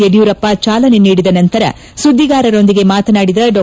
ಯಡಿಯೂರಪ್ಪ ಚಾಲನೆ ನೀಡಿದ ನಂತರ ಸುದ್ಗಿಗಾರರೊಂದಿಗೆ ಮಾತನಾಡಿದ ಡಾ